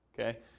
okay